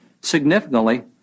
Significantly